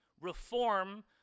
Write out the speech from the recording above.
reform